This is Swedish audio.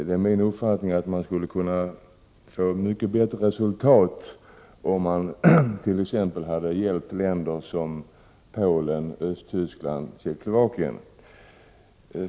Det är min uppfattning att man skulle kunna få mycket bättre resultat om man t.ex. hade hjälpt länder som Polen, Östtyskland och Tjeckoslovakien.